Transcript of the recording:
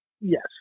Yes